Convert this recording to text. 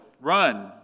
run